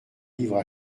livres